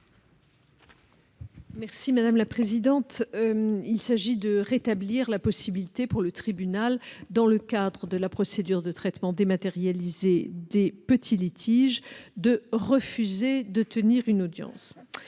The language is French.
cet amendement, il s'agit de rétablir la possibilité pour le tribunal, dans le cadre de la procédure de traitement dématérialisée des petits litiges, de refuser de tenir une audience.